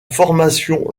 formation